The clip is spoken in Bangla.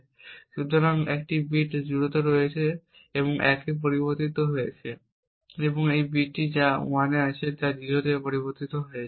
মূলত এই বিট 0 এ রয়েছে 1 এ পরিবর্তিত হয়েছে এবং এই বিটটি যা 1 আছে 0 এ পরিবর্তিত হয়েছে